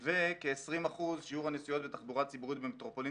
כ-20% שיעור הנסיעות בתחבורה ציבורית במטרופולין